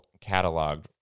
cataloged